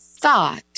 thought